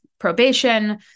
probation